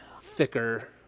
Thicker